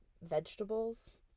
vegetables